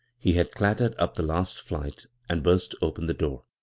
he had clattered up the last flight and burst open the door.